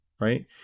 right